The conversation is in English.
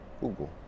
Google